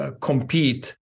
compete